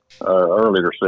earlier